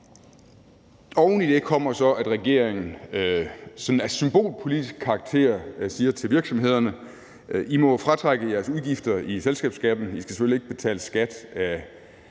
Oven i det kommer så, at regeringen sådan af symbolpolitisk karakter siger til virksomhederne, at I må fratrække jeres udgifter i selskabsskatten, for I skal selvfølgelig ikke betale skat af